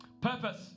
Purpose